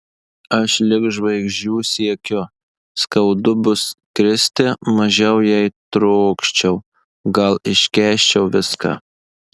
aš lig žvaigždžių siekiu skaudu bus kristi mažiau jei trokščiau gal iškęsčiau viską